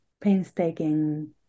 painstaking